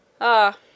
Ah